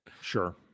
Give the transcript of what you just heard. Sure